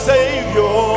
Savior